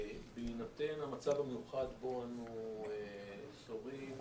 בהינתן המצב המיוחד שבו אנו מתמודדים